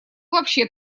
вообще